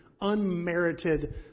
unmerited